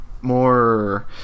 more